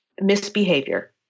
misbehavior